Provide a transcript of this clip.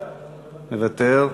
מוותר.